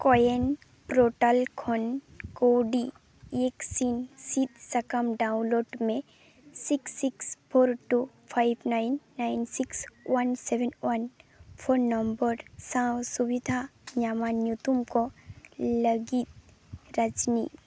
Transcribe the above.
ᱠᱯᱭᱮᱱ portal ᱠᱷᱚᱱ ᱠᱟᱹᱣᱰᱤ ᱵᱷᱮᱠᱥᱤᱱ ᱥᱤᱫ ᱥᱟᱠᱟᱢ ᱰᱟᱣᱩᱱᱞᱳᱰ ᱢᱮ six six four two five nine nine six one seven one phone number ᱥᱟᱶ ᱥᱩᱵᱤᱫᱷᱟ ᱧᱟᱢᱟᱱ ᱧᱩᱛᱩᱢᱠᱚ ᱞᱟᱹᱜᱤᱫ ᱨᱟᱡᱽᱱᱤ